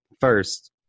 First